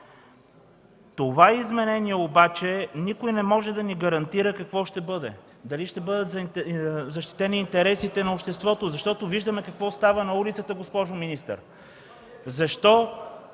Това изменение обаче никой не може да ни гарантира какво ще бъде и дали ще бъдат защитени интересите на обществото. Защото виждаме какво става на улицата, госпожо министър! Защо